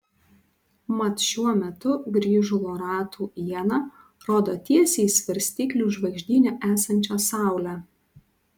mat šiuo metu grįžulo ratų iena rodo tiesiai į svarstyklių žvaigždyne esančią saulę